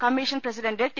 commission president T